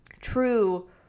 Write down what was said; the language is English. true